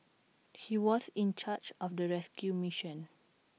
he was in charge of the rescue mission